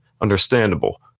Understandable